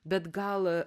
bet gal